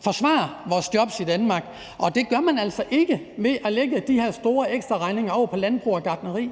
forsvare vores jobs i Danmark, og det gør man altså ikke ved at lægge de her store ekstraregninger over på landbrug og gartneri.